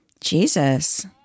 Jesus